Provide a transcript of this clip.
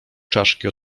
czaszki